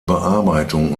bearbeitung